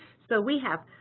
so we have